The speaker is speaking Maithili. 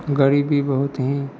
गरीबी बहुत हीँ